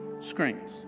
screens